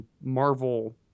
Marvel